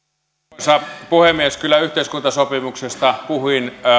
arvoisa puhemies kyllä yhteiskuntasopimuksesta puhuin